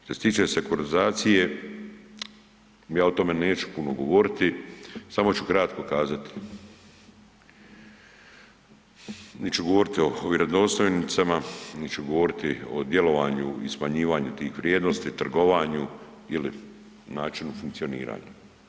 Što se tiče sekuritizacije, ja o tome neću puno govoriti samo ću kratko kazati, niti ću govoriti o vjerodostojnicama, niti ću govoriti o djelovanju i smanjivanju tih vrijednosti, trgovanju ili načinu funkcioniranja.